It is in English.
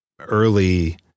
early